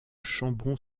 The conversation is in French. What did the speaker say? chambon